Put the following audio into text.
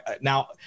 Now